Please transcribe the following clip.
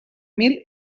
mil